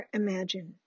imagine